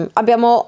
abbiamo